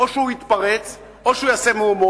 או שהוא יתפרץ, או שהוא יעשה מהומות,